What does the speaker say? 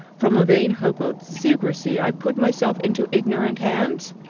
from a vain hope of secrecy, i put myself into ignorant hands?